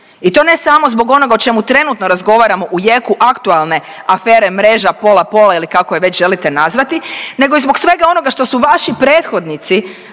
I to ne samo zbog onoga o čemu trenutno razgovaramo u jeku aktualne afere Mreža, pola-pola ili kako je već želite nazvati, nego i zbog svega onoga što su vaši prethodnici